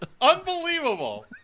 Unbelievable